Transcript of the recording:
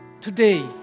Today